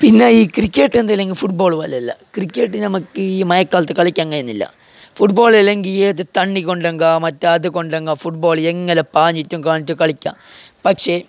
പിന്നെ ഈ ക്രിക്കറ്റ് എന്തിലെങ്കിൽ ഫുട്ബോൾ പോലെയൊന്നുമല്ല ക്രിക്കറ്റിന് നമ്മൾക്ക് ഈ മഴക്കാലത്തു കളിക്കാൻ കഴിയുന്നില്ല ഫുട്ബോൾ ഇല്ലെങ്കി ഏത് തണ്ണി കൊണ്ടെങ്കിലും അത് മറ്റേ കൊണ്ടെങ്കിലും ഫുട്ബോൾ എങ്ങനെ പാഞ്ഞിട്ടും കളഞ്ഞിട്ടും കളിക്കാം പക്ഷെ